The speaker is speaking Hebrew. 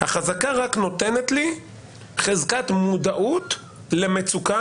החזקה רק נותנת לי חזקת מודעות למצוקה